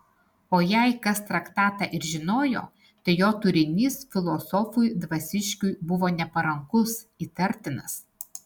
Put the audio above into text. o jei kas traktatą ir žinojo tai jo turinys filosofui dvasiškiui buvo neparankus įtartinas